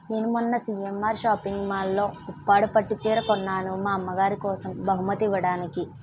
నేను మొన్న సీఎమ్ఆర్ షాపింగ్ మాల్లో ఉప్పాడ పట్టుచీర కొన్నాను మా అమ్మగారి కోసం బహుమతి ఇవ్వడానికి